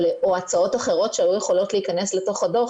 או הצעות אחרות שהיו יכולות להיכנס לתוך הדוח,